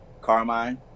Carmine